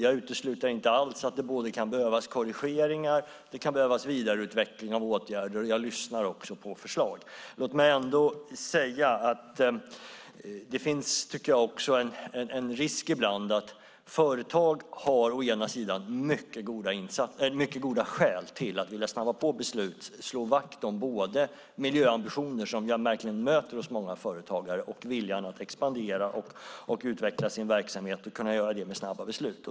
Jag utesluter inte alls att det kan behövas både korrigeringar och vidareutveckling av åtgärder, och jag lyssnar också på förslag. Det finns mycket goda skäl för företag att vilja snabba på beslut och slå vakt om både miljöambitioner, som jag verkligen möter hos många företagare, och viljan att expandera och utveckla sin verksamhet och kunna göra det med snabba beslut.